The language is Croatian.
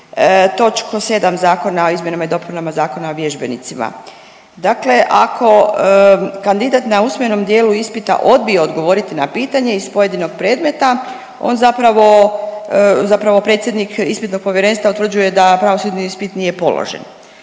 točku 7. Zakona o izmjenama i dopunama Zakona o vježbenicima. Dakle, ako kandidat na usmenom dijelu ispita odbije odgovoriti na pitanje iz pojedinog predmeta on zapravo, zapravo predsjednik ispitnog povjerenstva utvrđuje da pravosudni ispit nije položen.